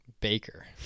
Baker